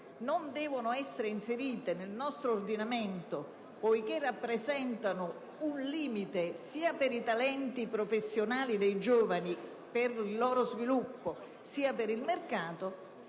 non devono essere inserite nel nostro ordinamento poiché rappresentano un limite sia per i talenti professionali dei giovani e per il loro sviluppo sia per il mercato,